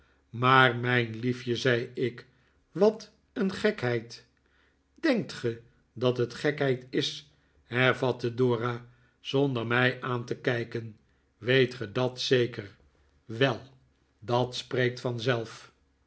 maar mijn liefje zei ik wat een gekheid denkt ge dat het gekheid is hervatte dora zonder mij aan te kijken weet ge dat zeker wel dat spreekt